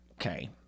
Okay